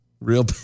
real